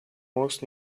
most